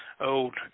old